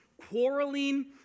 quarreling